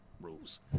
Rules